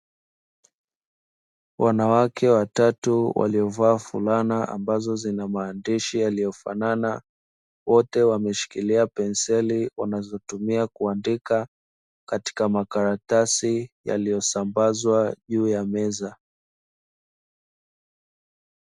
Wanawake watatu waliovaa fulana ambazo zina maandishi yanayofanana wote wameshikilia penseli wanazo tumia kuandika katika makaratasi yaliosambazwa juu ya meza.